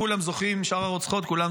כולן זוכות לגלוריפיקציה.